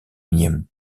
unième